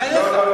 בחייך.